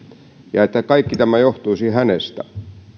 ja kaikki tämä johtuisi hänestä ja